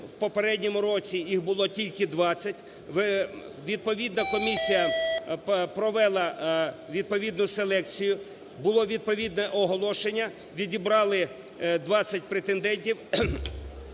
в попередньому році їх було тільки 20. Відповідна комісія провела відповідну селекцію. Було відповідне оголошення. Відібрали 20 претендентів.